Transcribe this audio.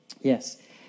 Yes